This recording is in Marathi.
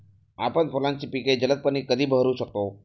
आपण फुलांची पिके जलदपणे कधी बहरू शकतो?